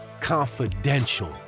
Confidential